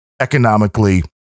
Economically